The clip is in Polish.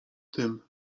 tym